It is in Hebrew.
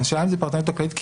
השאלה אם זה פרטנית או כללית.